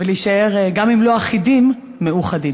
אבל להישאר, גם אם לא אחידים, מאוחדים.